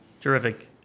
Terrific